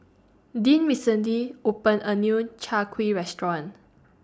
Deann recently opened A New Chai Kuih Restaurant